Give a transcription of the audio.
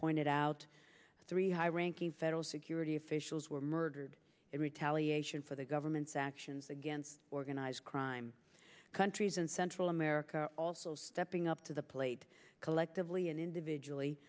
pointed out three high ranking federal security officials were murdered in retaliation for the government's actions against organized crime countries and central america also stepping up to the plate collectively and individually